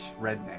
redneck